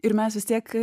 ir mes vis tiek